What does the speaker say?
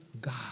God